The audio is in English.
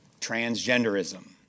transgenderism